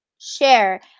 share